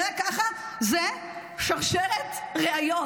ככה זה שרשרת ראיות,